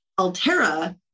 Altera